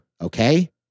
Okay